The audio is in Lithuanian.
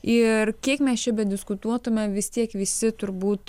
ir kiek mes čia bediskutuotume vis tiek visi turbūt